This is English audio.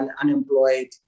unemployed